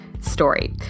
story